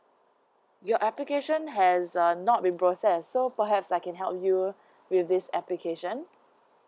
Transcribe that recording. your application has uh not been process so perhaps I can help you with this application